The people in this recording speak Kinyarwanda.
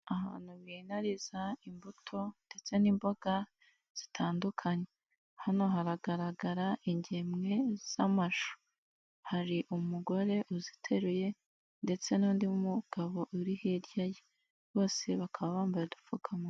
Ahantu binariza imbuto ndetse n'imboga zitandukanye, hano haragaragara ingemwe z'amashu, hari umugore uziteruye ndetse n'undi mugabo uri hirya ye, bose bakaba bambaye udupfukamuwa.